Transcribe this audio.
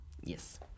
Yes